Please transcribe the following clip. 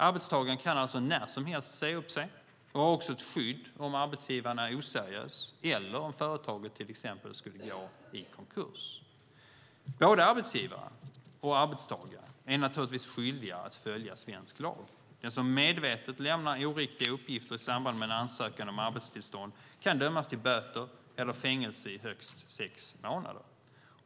Arbetstagaren kan alltså när som helst säga upp sig och har också ett skydd om arbetsgivaren är oseriös eller om företaget till exempel skulle gå i konkurs. Både arbetsgivare och arbetstagare är naturligtvis skyldiga att följa svensk lag. Den som medvetet lämnar oriktiga uppgifter i samband med en ansökan om arbetstillstånd kan dömas till böter eller fängelse i högst sex månader.